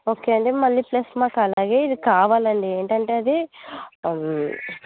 okay అండి మళ్ళీ plus మాకు అలాగే ఇది కావాలండి ఏంటంటే అది